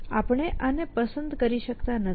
આપણે આને પસંદ કરી શકતા નથી